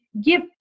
give